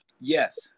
Yes